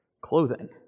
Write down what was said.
clothing